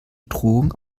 drohung